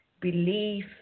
belief